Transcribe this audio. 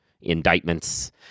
indictments